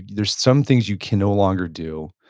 there's some things you can no longer do,